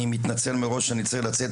אני מתנצל מראש שאני צריך לצאת,